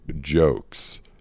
jokes